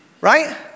Right